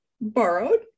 borrowed